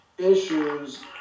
issues